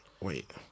wait